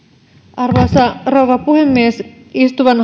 arvoisa rouva puhemies istuvan